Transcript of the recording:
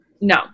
No